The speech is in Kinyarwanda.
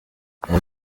ayo